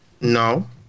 No